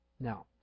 Now